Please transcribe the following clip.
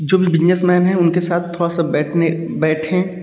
जो भी बिजनेसमैन हैं उनके साथ थोड़ा सा बैठने बैठें